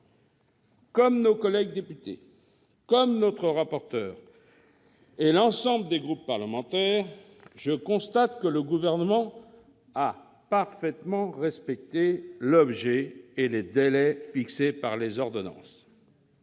Comme nos collègues députés, comme notre rapporteur et comme l'ensemble des groupes parlementaires, je constate que le Gouvernement a parfaitement respecté l'objet et les délais fixés par les ordonnances.